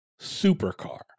supercar